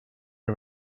you